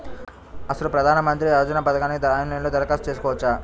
అసలు ప్రధాన మంత్రి యోజన పథకానికి ఆన్లైన్లో దరఖాస్తు చేసుకోవచ్చా?